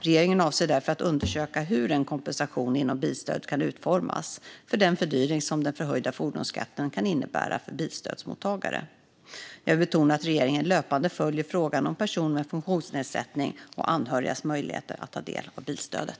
Regeringen avser därför att undersöka hur en kompensation inom bilstödet kan utformas för den fördyring som den förhöjda fordonsskatten kan innebära för bilstödsmottagare. Jag vill betona att regeringen löpande följer frågan om möjligheter för personer med funktionsnedsättning och anhöriga att ta del av bilstödet.